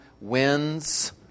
wins